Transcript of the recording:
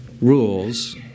rules